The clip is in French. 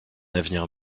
avenir